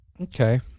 Okay